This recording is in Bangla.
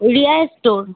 রিয়া স্টোর